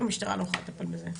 המשטרה לא יכולה לטפל בזה.